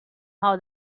how